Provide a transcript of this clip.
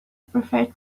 prefer